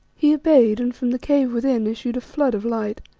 he obeyed, and from the cave within issued a flood of light.